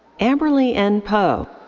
amberly n. poe.